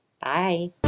Bye